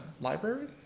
library